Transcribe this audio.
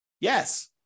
Yes